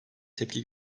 tepki